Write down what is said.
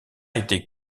étaient